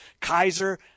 Kaiser